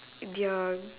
their